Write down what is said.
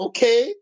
Okay